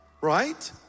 Right